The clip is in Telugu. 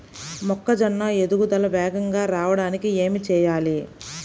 మొక్కజోన్న ఎదుగుదల వేగంగా రావడానికి ఏమి చెయ్యాలి?